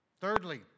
Thirdly